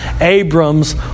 Abram's